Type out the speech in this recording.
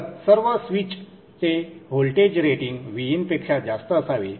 तर सर्व स्विचचे व्होल्टेज रेटिंग Vin पेक्षा जास्त असावे